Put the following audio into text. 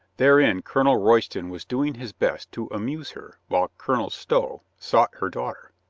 therein colonel royston was do ing his best to amuse her while colonel stow sought her daughter.